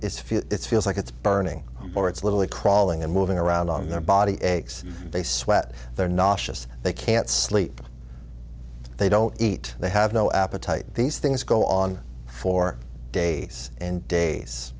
feel it feels like it's burning or it's literally crawling and moving around on their body aches they sweat their noxious they can't sleep they don't eat they have no appetite these things go on for days and days